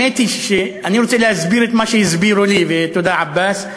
אני רוצה להסביר את מה שהסבירו לי, ותודה, עבאס,